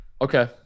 Okay